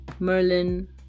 merlin